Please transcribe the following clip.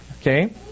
okay